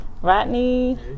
rodney